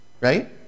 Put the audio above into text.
Right